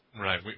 right